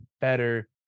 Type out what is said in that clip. better